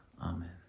amen